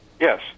Yes